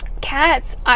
Cats